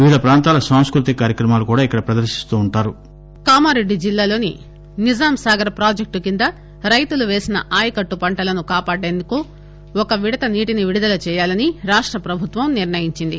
నిజాంసాగర్ కామారెడ్డి జిల్లాలోని నిజాంసాగర్ ప్రాజెక్టు కింద రైతులు పేసిన ఆయకట్టు పంటలను కాపాడేందుకు ఒక విడత నీటిని విడుదల చేయాలని రాష్ట ప్రభుత్వం నిర్ణయించింది